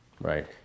right